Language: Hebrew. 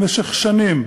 במשך שנים,